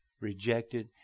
rejected